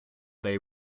they